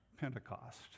Pentecost